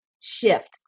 shift